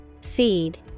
seed